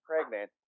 pregnant